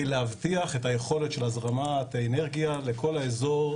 להבטיח את היכולת של הזרמת אנרגיה לכל האזור,